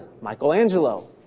Michelangelo